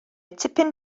tipyn